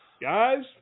Guys